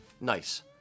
nice